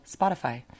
Spotify